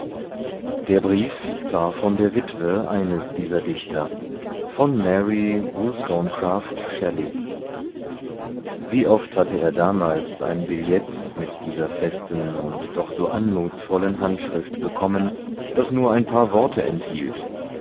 der brief war von der witwe eines dieser dichter von mary wollstonecraft shelley wie oft hatte er damals ein billett mit dieser festen und doch so anmutsvollen handschrift bekommen das nur ein paar worte enthielt